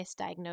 misdiagnosed